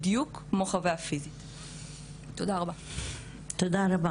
אנחנו מנסות ללמוד,